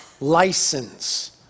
license